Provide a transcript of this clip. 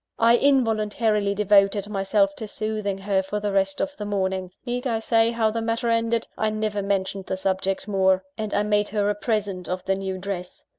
i involuntarily devoted myself to soothing her for the rest of the morning. need i say how the matter ended? i never mentioned the subject more and i made her a present of the new dress.